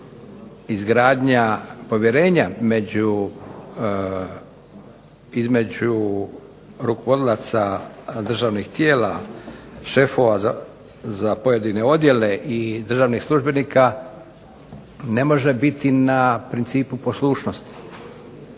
izgradnja povjerenja između rukovodilaca državnih tijela šefova za pojedine odjele i državnih službenika ne može biti na principu poslušnosti.